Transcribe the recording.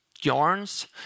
yarns